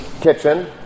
kitchen